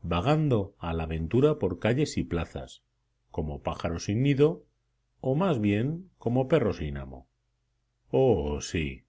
vagando a la ventura por calles y plazas como pájaro sin nido o más bien como perro sin amo oh sí